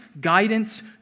guidance